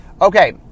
Okay